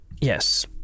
Yes